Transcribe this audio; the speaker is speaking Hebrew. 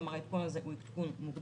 כלומר, העדכון הזה מתחיל מוקדם.